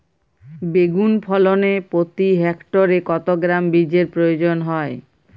বেগুন ফলনে প্রতি হেক্টরে কত গ্রাম বীজের প্রয়োজন হয়?